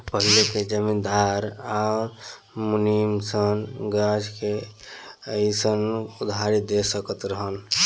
पहिले के जमींदार आ मुनीम सन गाछ मे अयीसन उधारी देत रहलन सन